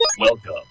welcome